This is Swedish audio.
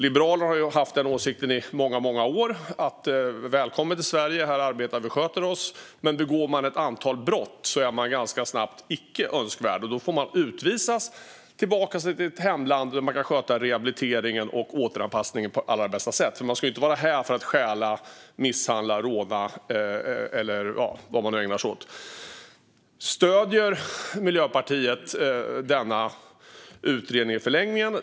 Liberalernas åsikt har i många, många år varit att vi säger: Välkommen till Sverige! Här arbetar vi och sköter oss, men begår man ett antal brott är man ganska snabbt icke önskvärd. Då får man utvisas till sitt hemland, där rehabiliteringen och återanpassningen sköts på allra bästa sätt. Man ska ju inte vara här för att stjäla, misshandla och råna eller vad man nu ägnar sig åt. Min ena fråga är: Stöder Miljöpartiet denna utredning i förlängningen?